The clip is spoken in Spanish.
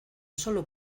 sólo